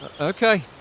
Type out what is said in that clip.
okay